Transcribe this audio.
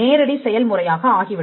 நேரடி செயல்முறையாக ஆகிவிடும்